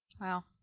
Wow